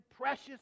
precious